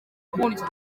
kundya